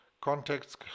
contacts